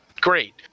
great